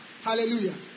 Hallelujah